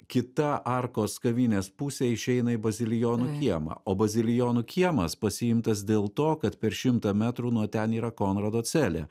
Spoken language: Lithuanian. kita arkos kavinės pusė išeina į bazilijonų kiemą o bazilijonų kiemas pasiimtas dėl to kad per šimtą metrų nuo ten yra konrado celė